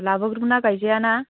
लाबोग्रोमोना गायजाया ना